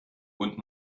und